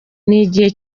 n’igihe